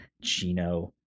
Gino